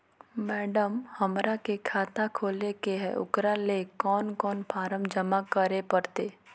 Madam, हमरा के खाता खोले के है उकरा ले कौन कौन फारम जमा करे परते?